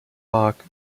park